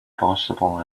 possible